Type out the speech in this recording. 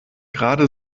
gerade